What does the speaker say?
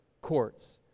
courts